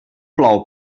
plou